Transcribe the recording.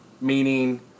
meaning